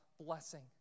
blessing